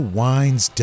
winds